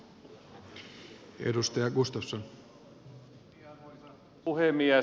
arvoisa puhemies